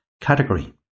category